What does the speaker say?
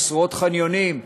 בעשרות חניונים,